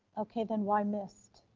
okay, then why mist?